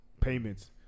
payments